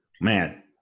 Man